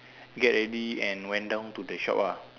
get ready and went down to the shop ah